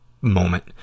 moment